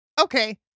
Okay